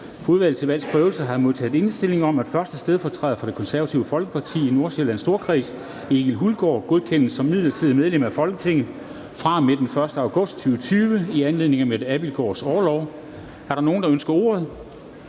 Udvalget til Valgs Prøvelse har jeg modtaget indstilling om, at 1. stedfortræder for Det Konservative Folkeparti i Nordsjællands Storkreds, Egil Hulgaard, godkendes som midlertidigt medlem af Folketinget fra og med den 1. august 2020 i anledning af Mette Abildgaards orlov. Er der nogen, der ønsker ordet?